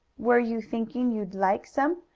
were you thinking you'd like some?